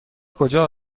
کجا